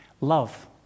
Love